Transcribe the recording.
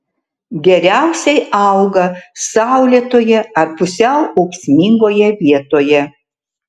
geriausiai auga saulėtoje ar pusiau ūksmingoje vietoje